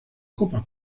copa